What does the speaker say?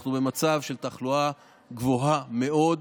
אנחנו במצב של תחלואה גבוהה מאוד,